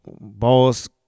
boss